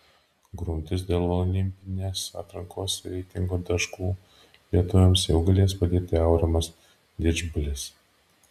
grumtis dėl olimpinės atrankos reitingo taškų lietuviams jau galės padėti aurimas didžbalis